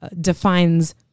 defines